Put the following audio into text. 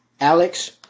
Alex